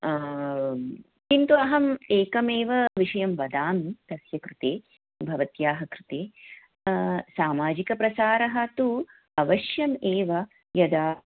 किन्तु अहम् एकमेव विषयं वदामि तस्य कृते भवत्याः कृते सामाजिकप्रसारः तु अवश्यम् एव यदा